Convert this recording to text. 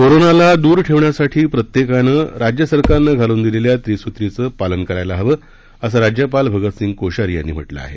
कोरोनाला दूर ठेवण्यासाठी प्रत्येकानं राज्य सरकारनं घालून दिलेल्या त्रिसूत्रीचं प्रत्येकानं पालन करायला हवं असं राज्यपाल भगतसिंग कोश्यारी यांनी म्हटलं आहे